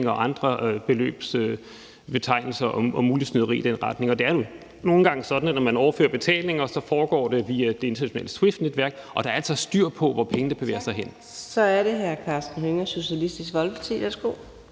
og andre beløbsbetegnelser og muligt snyderi i den retning, og det er nu nogle gange sådan, at når man overfører betalinger, så foregår det via det internationale Swift-netværk, og der er altså styr på, hvor pengene bevæger sig hen. Kl. 13:49 Fjerde næstformand (Karina Adsbøl):